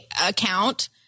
account